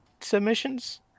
submissions